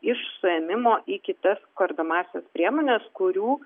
iš suėmimo į kitas kardomąsias priemones kurių